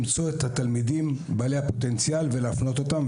למצוא את התלמידים בעלי הפוטנציאל ולהפנות אותם,